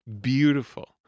Beautiful